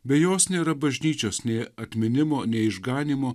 be jos nėra bažnyčios nė atminimo nei išganymo